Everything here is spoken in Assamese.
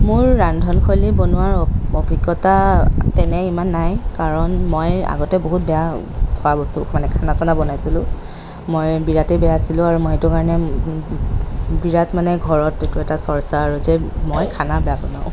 মোৰ ৰন্ধনশৈলী বনোৱাৰ অভিজ্ঞতা তেনে ইমান নাই কাৰণ মই আগতে বহুত বেয়া খোৱা বস্তু মানে খানা চানা বনাইছিলোঁ মই বিৰাটেই বেয়া আছিলোঁ আৰু মই এইটো কাৰণে বিৰাট মানে ঘৰত এইটো এটা চৰ্চা আৰু যে মই খানা বেয়া বনাওঁ